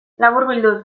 laburbilduz